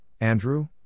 Andrew